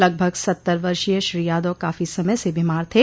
लगभग सत्तर वर्षीय श्री यादव काफी समय से बीमार थे